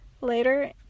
Later